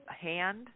hand